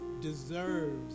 deserves